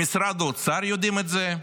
במשרד האוצר יודעים את זה,